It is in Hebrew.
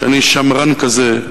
שאני שמרן כזה,